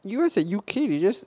U_S and U_K they just